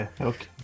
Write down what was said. okay